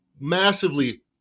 massively